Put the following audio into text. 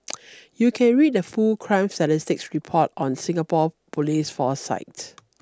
you can read the full crime statistics report on Singapore police force site